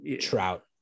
Trout